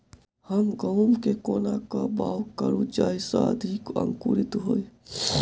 हम गहूम केँ कोना कऽ बाउग करू जयस अधिक अंकुरित होइ?